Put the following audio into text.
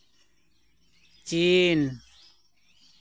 ᱪᱤᱱ